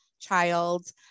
child